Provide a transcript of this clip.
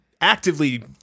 actively